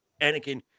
Anakin